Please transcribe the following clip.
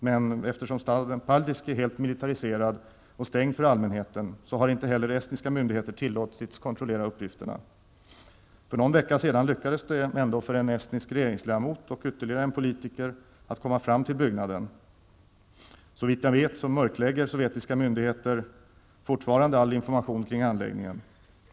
Men efterson staden Paldiski är helt militariserad och stängd för allmänheten har inte heller estniska myndigheter tillåtits kontrollera uppgifterna. För någon vecka sedan lyckades dock en estnisk regeringsledamot och ytterligare en politiker komma fram till byggnaden. Såvitt jag vet mörklägger sovjetiska myndigheter fortfarande all information kring anläggningen.